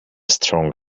strong